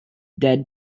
dead